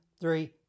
three